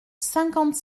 cinquante